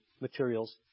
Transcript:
materials